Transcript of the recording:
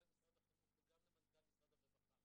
משרד החינוך וגם למנכ"ל משרד הרווחה